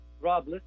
Rob